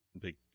Big